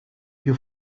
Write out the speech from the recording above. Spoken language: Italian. più